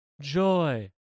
joy